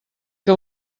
que